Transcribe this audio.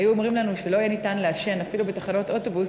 היו אומרים לנו שלא יהיה ניתן לעשן אפילו בתחנות אוטובוס,